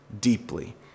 deeply